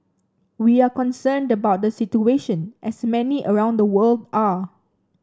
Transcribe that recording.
we are concerned about the situation as many around the world are